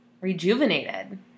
rejuvenated